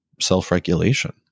self-regulation